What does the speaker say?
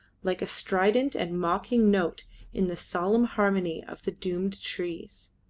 like a strident and mocking note in the solemn harmony of the doomed trees.